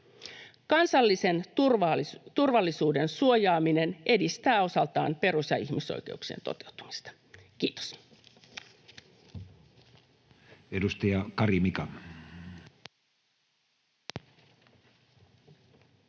Kansallisen turvallisuuden suojaaminen edistää osaltaan perus- ja ihmisoikeuksien toteutumista. — Kiitos.